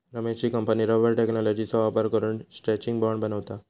रमेशची company rubber टेक्नॉलॉजीचो वापर करून स्ट्रैचिंग बँड बनवता